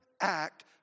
act